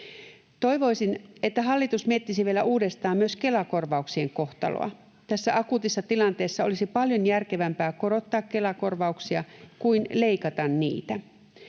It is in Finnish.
Toivoisin, että hallitus miettisi vielä uudestaan myös Kela-korvauksien kohtaloa. Tässä akuutissa tilanteessa olisi paljon järkevämpää korottaa Kela-korvauksia kuin leikata niitä.